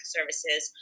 Services